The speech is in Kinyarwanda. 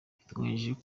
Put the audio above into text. biteganyijwe